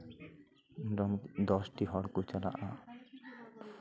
ᱫᱚᱥᱴᱤ ᱦᱚᱲ ᱠᱚ ᱪᱟᱞᱟᱜᱼᱟ